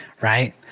right